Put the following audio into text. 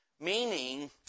meaning